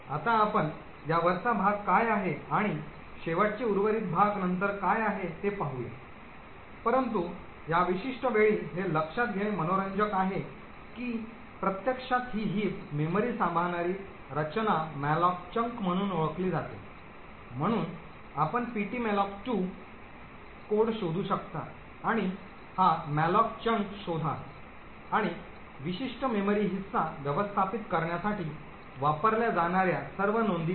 आता आपण यावरचा भाग काय आहे आणि शेवटचे उर्वरित भाग नंतर काय आहे ते पाहू परंतु या विशिष्ट वेळी हे लक्षात घेणे मनोरंजक आहे की प्रत्यक्षात ही हिप मेमरी सांभाळणारी रचना malloc chunk म्हणून ओळखली जाते म्हणून आपण ptmalloc2 कोड शोधू शकता आणि हा malloc chunk शोधा आणि विशिष्ट मेमरी हिस्सा व्यवस्थापित करण्यासाठी वापरल्या जाणार्या सर्व नोंदी पहा